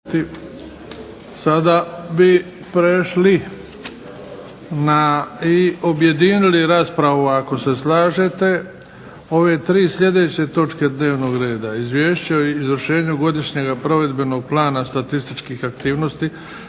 Sada bi prešli na i objedinili raspravu ako se slažete ove tri sljedeće točke dnevnog reda - Izvješće o izvršenju Godišnjega provedbenog plana statističkih aktivnosti